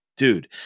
Dude